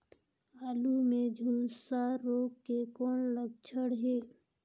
आलू मे झुलसा रोग के कौन लक्षण हे?